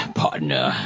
partner